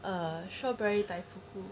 a strawberry